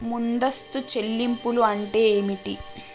ముందస్తు చెల్లింపులు అంటే ఏమిటి?